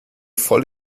voll